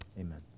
Amen